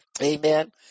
Amen